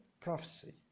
prophecy